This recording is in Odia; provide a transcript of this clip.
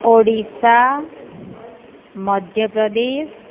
ଓଡ଼ିଶା ମଧ୍ୟପ୍ରଦେଶ